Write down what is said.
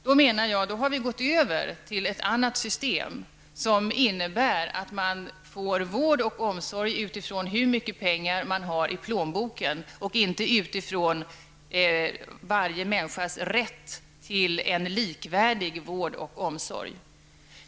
Då har vi, menar jag, gått över till ett annat system, som innebär att man får vård och omsorg utifrån hur mycket pengar man har i plånboken och inte utifrån varje människas rätt till en likvärdig vård och omsorg.